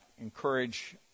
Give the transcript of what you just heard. encourage